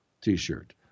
t-shirt